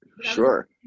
Sure